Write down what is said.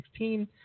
2016